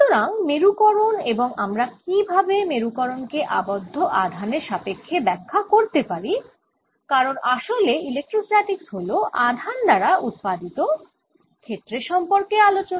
সুতরাং মেরুকরণ এবং আমরা কীভাবে মেরুকরণ কে আবদ্ধ আধানের সাপেক্ষ্যে ব্যাখ্যা করতে পারি কারণ আসলে ইলেক্ট্রোস্ট্যাটিকস্ হল আধান দ্বারা উৎপাদিত ক্ষেত্রের সম্পর্কে আলোচনা